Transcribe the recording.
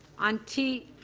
on t